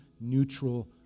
neutral